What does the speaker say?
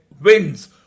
wins